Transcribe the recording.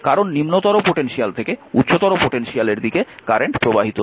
কারণ নিম্নতর পোটেনশিয়াল থেকে উচ্চতর পোটেনশিয়ালের দিকে কারেন্ট প্রবাহিত হচ্ছে